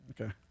okay